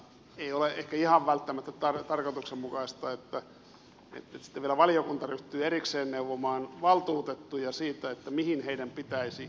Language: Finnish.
ei ole ehkä ihan välttämättä tarkoituksenmukaista että sitten vielä valiokunta ryhtyy erikseen neuvomaan valtuutettuja siinä mihin heidän pitäisi kiinnittää huomiota